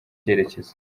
cyerekezo